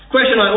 Question